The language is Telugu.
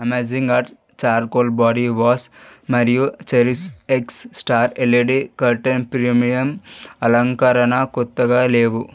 amazing earth charcoal body wash మరియు cherish x star LED curtain premium అలంకరణ కొత్తగా లేవు